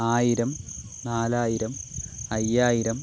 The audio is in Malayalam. ആയിരം നാലായിരം അയ്യായിരം